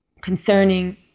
concerning